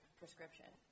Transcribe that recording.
prescription